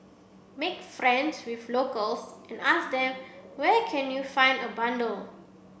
make friends with locals and ask them where can you find a bundle